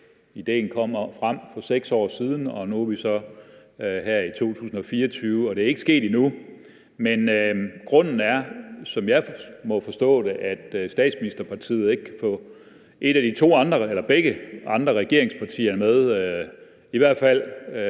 Idéen kom frem for 6 år siden, og nu er vi så i 2024, og det er ikke sket endnu. Men grunden er, som jeg forstår det, at statsministerpartiet ikke kan få begge de to andre regeringspartier med på det.